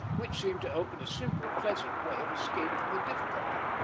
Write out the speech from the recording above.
which seemed to open a simple, pleasant way of escape from the difficulty.